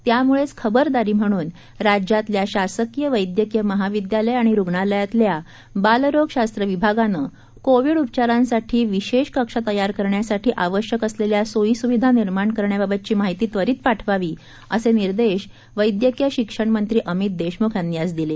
त्यामुळेच खबरदारी म्हणून राज्यातल्या शासकीय वैद्यकीय महाविद्यालय आणि रुग्णालयातल्या बालरोगशास्त्र विभागानं कोविड उपचारांसाठी विशेष कक्ष तयार करण्यासाठी आवश्यक असलेल्या सोयी सुविधा निर्माण करण्याबाबतची माहिती त्वरित पाठवावी असे निर्देश वैद्यकीय शिक्षण मंत्री अमित देशमुख यांनी आज दिले